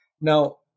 Now